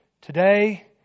today